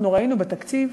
אנחנו ראינו בתקציב,